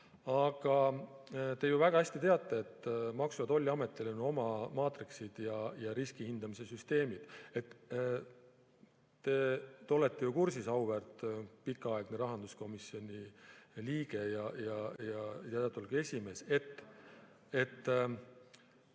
Aga te ju väga hästi teate, et Maksu- ja Tolliametil on oma maatriksid ja riski hindamise süsteemid. Te olete kursis, auväärt pikaaegne rahanduskomisjoni liige ja mõnda aega ka esimees, et